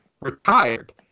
retired